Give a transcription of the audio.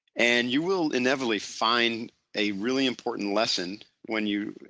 and you will inevitably find a really important lesson when you,